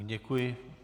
Děkuji.